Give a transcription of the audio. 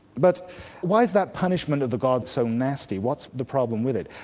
but why is that punishment of the gods so nasty? what's the problem with it?